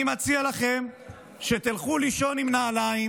אני מציע לכם שתלכו לישון עם נעליים